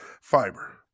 fiber